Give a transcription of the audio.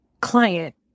client